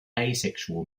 asexual